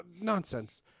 nonsense